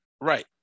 Right